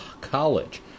College